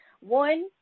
One